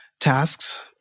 tasks